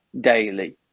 daily